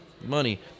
money